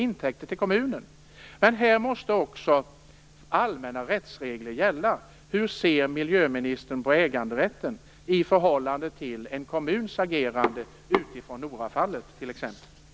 Men också för dem måste allmänna rättsregler gälla. Hur ser miljöministern på äganderätten i förhållande till en kommuns agerande utifrån t.ex. Norafallet?